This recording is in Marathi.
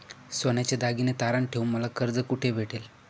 सोन्याचे दागिने तारण ठेवून मला कर्ज कुठे भेटेल?